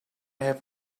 have